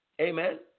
amen